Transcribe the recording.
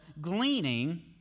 gleaning